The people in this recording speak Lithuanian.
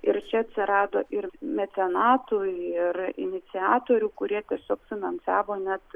ir čia atsirado ir mecenatų ir iniciatorių kurie tiesiog finansavo net